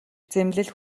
зэмлэл